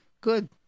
good